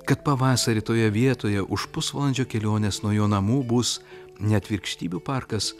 kad pavasarį toje vietoje už pusvalandžio kelionės nuo jo namų bus ne atvirkštybių parkas